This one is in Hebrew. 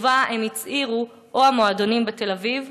בתגובה הם הצהירו: או המועדונים בתל-אביב,